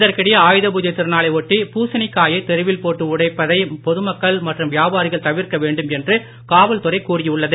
இதற்கிடையே ஆயுத பூஜை திருநாளை ஒட்டி பூசணிக்காயைத் தெருவில் போட்டு உடைப்பதை பொதுமக்கள் மற்றும் வியாபாரிகள் தவிர்க்க வேண்டும் என்று காவல்துறை கூறியுள்ளது